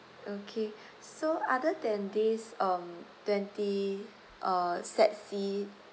okay so other than this um twenty uh set C